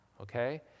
okay